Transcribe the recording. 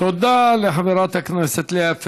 תודה לחברת הכנסת לאה פדידה.